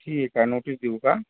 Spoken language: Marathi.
ठीक आहे नोटीस देऊ का